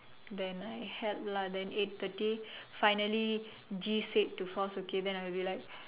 then I help lah then eight thirty finally G said to force okay then I be like